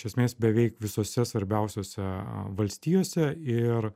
iš esmės beveik visose svarbiausiose valstijose ir